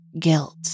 guilt